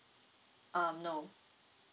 um no